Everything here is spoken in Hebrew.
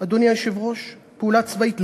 אדוני היושב-ראש, פעולה צבאית?